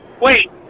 Wait